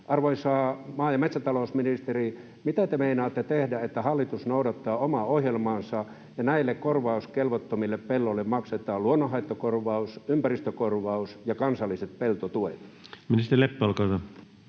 Arvoisa maa- ja metsätalousministeri: mitä te meinaatte tehdä, että hallitus noudattaa omaa ohjelmaansa ja näille korvauskelvottomille pelloille maksetaan luonnonhaittakorvaus, ympäristökorvaus ja kansalliset peltotuet? [Speech 28] Speaker: